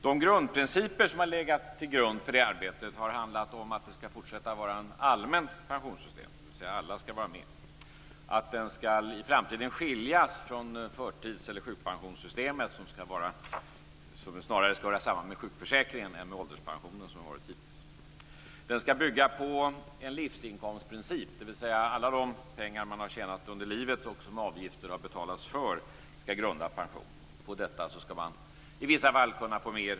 De grundprinciper som legat till grund för arbetet har handlat om att det skall fortsätta att vara ett allmänt pensionssystem, dvs. att alla skall vara med, att det i framtiden skall skiljas från förtids och sjukpensionssystemet, som snarare skall föras samman med sjukförsäkringen än med ålderspensionen som hittills. Det skall bygga på en livsinkomstprincip, dvs. att alla de pengar som man har tjänat under livet och som avgifter har betalats för skall grunda pensionen. På detta skall man i vissa fall få mer.